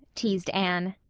teased anne.